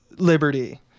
Liberty